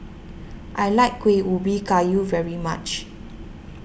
I like Kueh Ubi Kayu very much